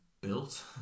built